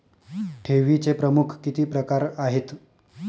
ठेवीचे प्रमुख किती प्रकार आहेत?